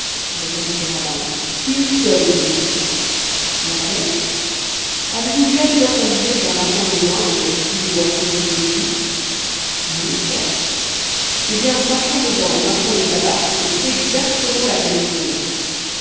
répondit kéraban une seule je vous prie laquelle avez-vous jamais entendu dire qu'un marchand de vin ait fait fi des boissons qu'il débite non certes eh bien marchands de vin ou marchands de tabac c'est exactement la même chose